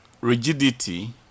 rigidity